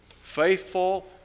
Faithful